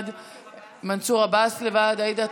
מנסור עבאס, בעד,